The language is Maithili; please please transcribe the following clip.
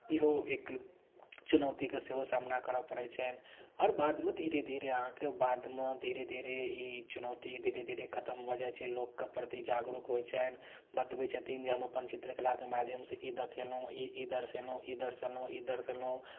इहो एक चुनौतीके सेहो सामना करऽ पड़ै छनि आओर बादमे धीरे धीरे अहाँके ओ बादमे धीरे धीरे ई चुनौती धीरे धीरे खतम भऽ जाइ छै लोकके प्रति जागरूक होइ छनि बतबै छथिन जे हम अपन चित्रकलाके माध्यम से ई देखेलहुॅं ई दर्शेलहुॅं ई दर्शेलहुॅं ई दर्शेलहुॅं